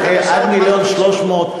עד 1.3 מיליון,